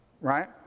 Right